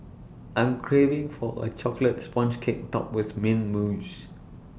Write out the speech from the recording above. I'm craving for A Chocolate Sponge Cake Topped with Mint Mousse